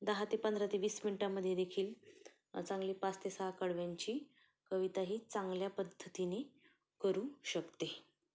दहा ते पंधरा ते वीस मिनटामध्ये देखील चांगली पाच ते सहा कडव्यांची कविता ही चांगल्या पद्धतीनी करू शकते